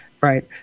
Right